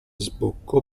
sbocco